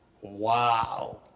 Wow